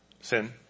Sin